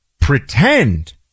pretend